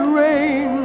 rain